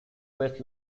west